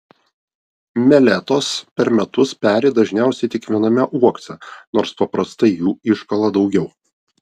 meletos per metus peri dažniausiai tik viename uokse nors paprastai jų iškala daugiau